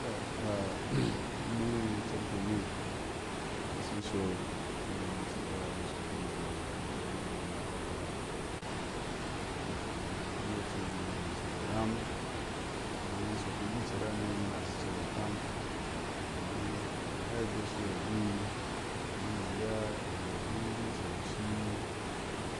Tɔ aa ime icerke ime, ime ishi shɔ ki iŋwe hi cika, ime shɔk in jéi be intɛ ime ana kape eram nia kuma a yoti hine icer eram kuma a yoti hime icer eram ime ishk in jé icer hano ashi icer otam domin ke haŋne goshiyir a gui, ubin alea, ke le hum,